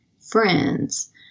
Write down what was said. friends